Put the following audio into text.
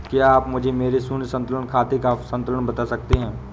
क्या आप मुझे मेरे शून्य संतुलन खाते का संतुलन बता सकते हैं?